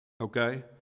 okay